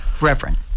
reverend